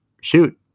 shoot